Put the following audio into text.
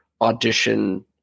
audition